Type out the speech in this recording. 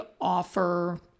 offer